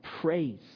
praise